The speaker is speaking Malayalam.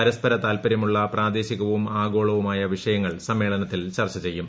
പരസ്പര താൽപ്പര്യമുള്ള പ്രാദേശികവും ആഗോളവുമായ വിഷയങ്ങൾ സമ്മേളനത്തിൽ ചർച്ച ചെയ്യും